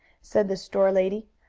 said the store-lady.